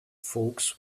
folks